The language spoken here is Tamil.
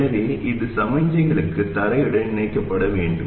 எனவே இது சிக்னல்களுக்கு தரையுடன் இணைக்கப்பட வேண்டும்